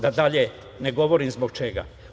Da dalje ne govorim zbog čega.